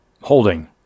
holding